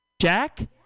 Jack